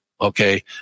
Okay